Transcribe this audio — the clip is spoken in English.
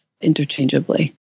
interchangeably